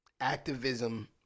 activism